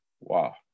Wow